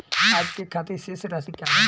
आज के खातिर शेष राशि का बा?